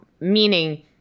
Meaning